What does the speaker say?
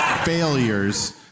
Failures